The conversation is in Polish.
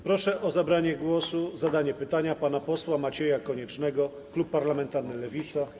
Proszę o zabranie głosu i zadanie pytania pana posła Macieja Koniecznego, klub parlamentarny Lewica.